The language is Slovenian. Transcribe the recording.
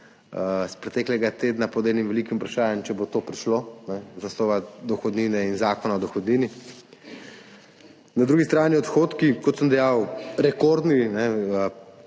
iz preteklega tedna pod enim velikim vprašajem, če bo to prišlo iz naslova dohodnine in Zakona o dohodnini. Na drugi strani odhodki, kot sem dejal, rekordni,